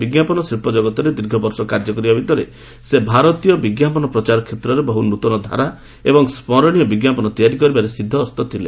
ବିଜ୍ଞାପନ ଶିଳ୍ପ ଜଗତରେ ଦୀର୍ଘବର୍ଷ କାର୍ଯ୍ୟ କରିବା ଭିତରେ ସେ ଭାରତୀୟ ବିଜ୍ଞାପନ ପ୍ରଚାର କ୍ଷେତ୍ରରେ ବହୁ ନୂତନଧାରା ଏବଂ ସ୍କରଣୀୟ ବିଜ୍ଞାପନ ତିଆରି କରିବାରେ ସିଦ୍ଧହସ୍ତ ଥିଲେ